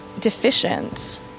deficient